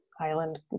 island